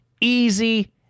easy